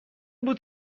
بود